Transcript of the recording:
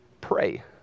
pray